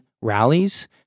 rallies